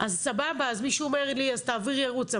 אז "סבבה" מישהו אומר, תעבירי ערוץ.